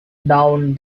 down